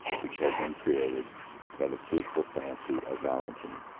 which had been created by the fruitful fancy of valentine.